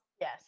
yes